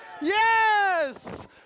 Yes